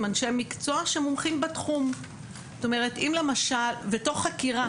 אנשי מקצוע שמומחים בתחום ותוך חקירה.